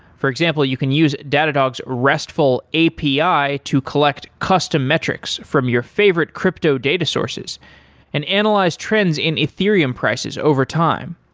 for example, you can use datadog's restful api to collect custom metrics from your favorite crypto data sources and analyze trends in ethereum prices over time.